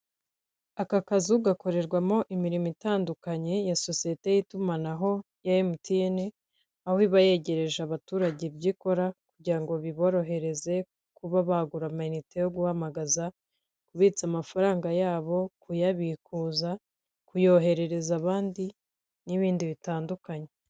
Aka kazu gakorerwamo imirimo itandukanye ya sosiyete y’itumanaho ya MTN, aho iba yegereje abaturage ibyo ikora kugira ngo biborohereze kuba bagura amayinite yo guhamagaza, kubitsa amafaranga yabo, kuyabikuza, kuyoherereza abandi, n’ibindi bitandukanye.